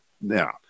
now